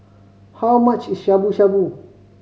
how much Shabu Shabu